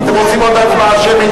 אתם רוצים עוד הצבעה שמית?